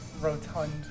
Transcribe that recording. rotund